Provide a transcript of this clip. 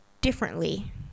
differently